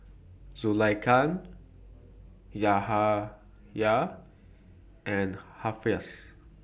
Zulaikha Yahaya and Hafsa